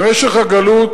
במשך הגלות,